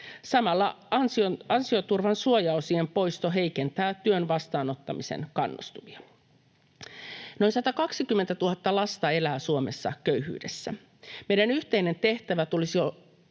Samalla ansioturvan suojaosien poisto heikentää työn vastaanottamisen kannustumia. Noin 120 000 lasta elää Suomessa köyhyydessä. Meidän yhteinen tehtävämme tulisi olla